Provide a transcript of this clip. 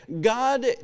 God